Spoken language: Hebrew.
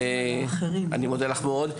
אני מודה לך מאוד.